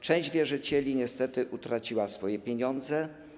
Część wierzycieli niestety utraciła swoje pieniądze.